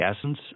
essence